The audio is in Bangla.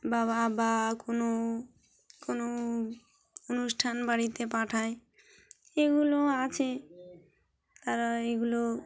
বা বা বা কোনো কোনো অনুষ্ঠান বাড়িতে পাঠায় এগুলো আছে তারা এগুলো